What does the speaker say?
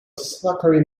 zachary